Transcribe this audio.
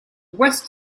west